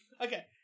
Okay